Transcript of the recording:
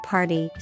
Party